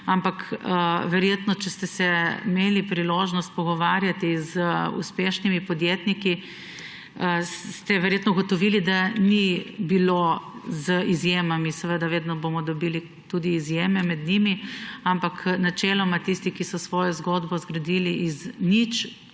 Ampak verjetno, če ste se imeli priložnost pogovarjati z uspešnimi podjetniki, ste verjetno ugotovili, da ni bilo – z izjemami, seveda, vedno bomo dobili tudi izjeme med njimi –, ampak načeloma tistim, ki so svojo zgodbo zgradili iz nič